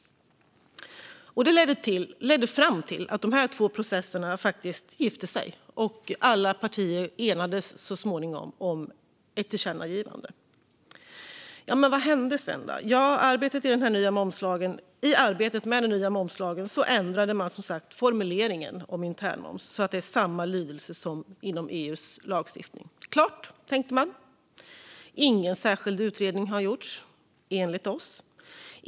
Det ledde fram till att dessa två processer gifte sig, och alla partier enades så småningom om ett tillkännagivande. Vad hände sedan, då? Jo, under arbetet med den nya momslagen ändrade man som sagt formuleringen om internmoms så att lydelsen är densamma som i EU:s lagstiftning. Klart, tänkte man. Ingen särskild utredning har gjorts, enligt oss.